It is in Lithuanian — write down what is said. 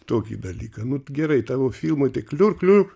tokį dalyką nu gerai tavo filmai tai kliu kliu